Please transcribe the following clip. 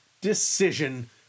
decision